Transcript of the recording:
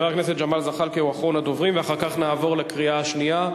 אחר כך נעבור לקריאה שנייה,